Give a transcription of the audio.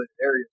areas